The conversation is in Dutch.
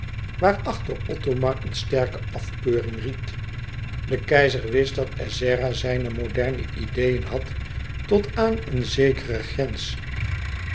waarachter othomar eene sterke afkeuring ried de keizer wist dat ezzera zijne moderne ideeën had tot aan een zekere grens